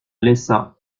laissa